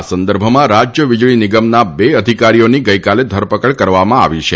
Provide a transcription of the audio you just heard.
આ સંદર્ભમાં રાજ્ય વીજળી નિગમના બે અધિકારીઓની ગઇકાલે ધરપકડ કરવામાં આવી છે